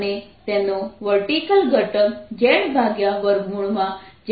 અને તેનો વર્ટીકલ ઘટક zz2R2 છે